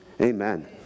Amen